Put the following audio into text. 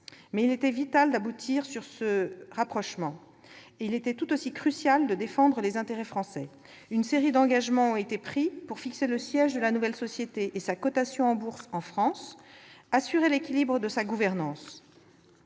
Mais il était vital d'aboutir sur ce rapprochement et tout aussi crucial de défendre les intérêts français. Une série d'engagements ont été pris pour fixer le siège de la nouvelle société et sa cotation en bourse en France, ainsi que pour assurer l'équilibre de sa gouvernance.